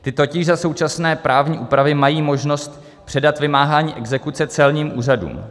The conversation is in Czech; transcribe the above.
Ty totiž za současné právní úpravy mají možnost předat vymáhání exekuce celním úřadům.